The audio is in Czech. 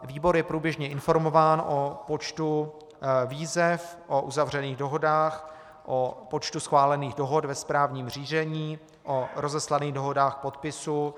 Výbor je průběžně informován o počtu výzev, o uzavřených dohodách, o počtu schválených dohod ve správním řízení, o rozeslaných dohodách k podpisu.